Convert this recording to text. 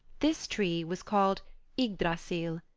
this tree was called ygdrassil,